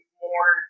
more